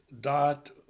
dot